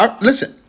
Listen